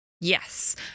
Yes